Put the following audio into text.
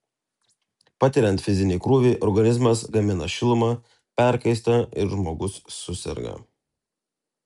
patiriant fizinį krūvį organizmas gamina šilumą perkaista ir žmogus suserga